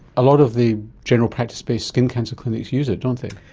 a lot of the general practice based skin cancer clinics use it don't they?